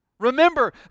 Remember